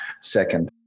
second